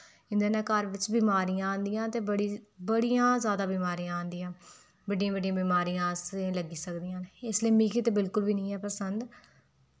इंदे कन्नै घर च बमारियां होंदियां ते घर बिच बड़ियां जैदा बमारियां औंदियां बड़ी बड़ी बमारियां असेंई लग्गी सकदियां इसलेई मिगी ते बिल्कुल बी नेईं ऐ पसंद